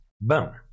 boom